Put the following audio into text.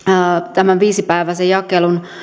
tämän viisipäiväisen jakelun